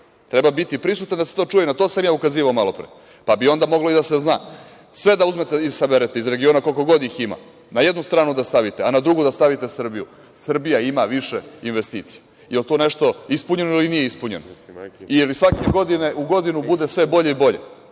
Treba biti prisutan da se to čuje, na to sam ja ukazivao malopre, pa bi onda moglo i da se zna. Sve da uzmete i saberete, iz regiona koliko god ih ima, na jednu stranu da stavite, a na drugu da stavite Srbiju, Srbija ima više investicija. Jel to nešto ispunjeno ili nije ispunjeno? Jel svake godine u godinu bude sve bolje i bolje.